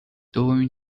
دومین